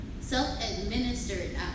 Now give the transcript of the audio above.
Self-administered